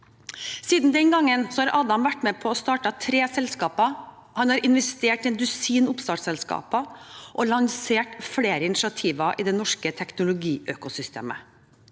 Siden den gangen har Adam vært med på å starte tre selskaper. Han har investert i et dusin oppstartsselskaper og lansert flere initiativer i det norske teknologiøkosystemet.